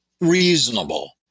reasonable